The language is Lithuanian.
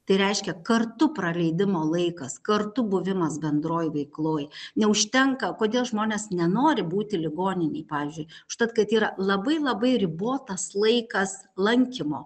tai reiškia kartu praleidimo laikas kartu buvimas bendroj veikloj neužtenka kodėl žmonės nenori būti ligoninėj pavyzdžiui užtat kad yra labai labai ribotas laikas lankymo